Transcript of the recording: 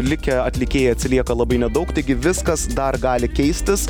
likę atlikėjai atsilieka labai nedaug taigi viskas dar gali keistis